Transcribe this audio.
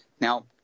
Now